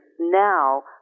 now